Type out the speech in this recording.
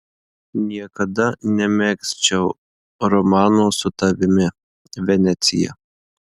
niekada nemegzčiau romano su tavimi venecija